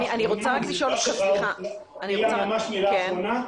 אני רוצה רק לשאול --- ממש מילה אחרונה.